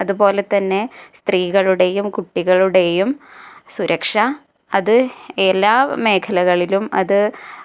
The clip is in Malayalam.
അതുപോലെ തന്നെ സ്ത്രീകളുടെയും കുട്ടികളുടെയും സുരക്ഷ അത് എല്ലാ മേഖലകളിലും അത്